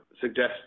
suggest